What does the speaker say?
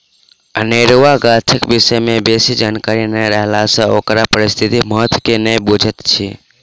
अनेरुआ गाछक विषय मे बेसी जानकारी नै रहला सँ ओकर पारिस्थितिक महत्व के नै बुझैत छी